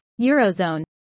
Eurozone